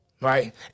Right